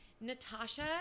Natasha